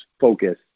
focus